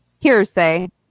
hearsay